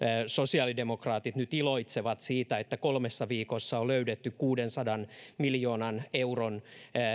sosiaalidemokraatit nyt iloitsevat siitä että kolmessa viikossa on löydetty kuudensadan miljoonan euron